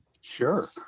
Sure